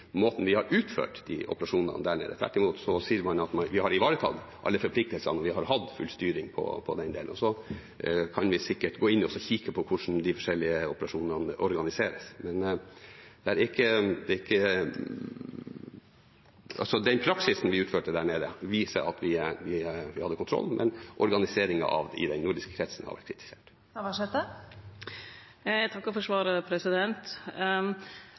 måten vi har utført operasjonene på der nede. Tvert imot sier man at vi har ivaretatt alle forpliktelsene, og vi har hatt full styring på den delen. Så kan vi sikkert gå inn og kikke på hvordan de forskjellige operasjonene organiseres, men den praksisen vi utførte der nede, viser at vi hadde kontroll. Men organiseringen i den nordiske kretsen har vært kritisert. Eg takkar for svaret.